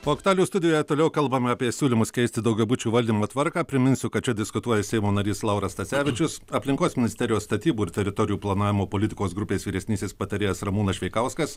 o aktualijų studijoje toliau kalbame apie siūlymus keisti daugiabučių valdymo tvarką priminsiu kad čia diskutuoja seimo narys lauras stacevičius aplinkos ministerijos statybų ir teritorijų planavimo politikos grupės vyresnysis patarėjas ramūnas šveikauskas